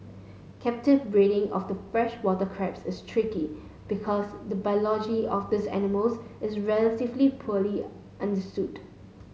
captive breeding of the freshwater crabs is tricky because the biology of these animals is relatively poorly understood